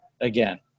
again